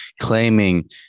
claiming